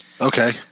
Okay